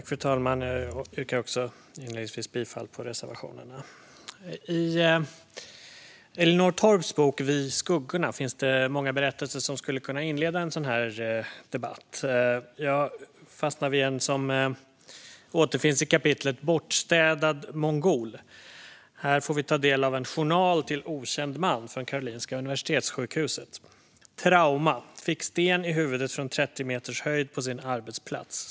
Fru talman! Jag yrkar inledningsvis bifall till reservationerna. I Elinor Torps bok Vi, skuggorna finns det många berättelser som skulle kunna inleda en sådan här debatt. Jag fastnar vid en som återfinns i kapitlet Bortstädad mongol. Här får vi ta del av en journal för en okänd man från Karolinska universitetssjukhuset: Trauma: Fick sten i huvudet från 30 meters höjd på sin arbetsplats.